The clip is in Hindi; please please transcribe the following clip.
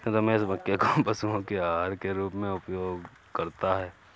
रमेश मक्के को पशुओं के आहार के रूप में उपयोग करता है